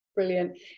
brilliant